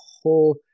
whole